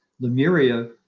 Lemuria